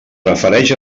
refereix